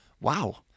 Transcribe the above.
wow